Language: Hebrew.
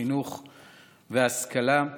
חינוך והשכלה,